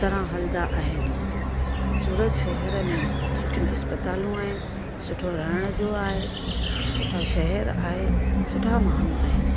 तरह हलंदा आहिनि सूरत शहर में सुठियूं इस्पतालूं आहिनि सुठो रहण जो आहे सुठा शहर आहे सुठा माण्हू आहिनि